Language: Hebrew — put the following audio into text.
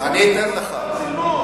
ועדות סינון,